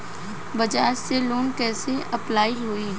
बज़ाज़ से लोन कइसे अप्लाई होई?